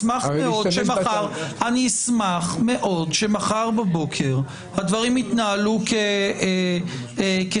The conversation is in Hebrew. אני אשמח מאוד שמחר בבוקר הדברים יתנהלו כסדרם.